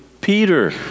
Peter